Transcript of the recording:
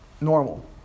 normal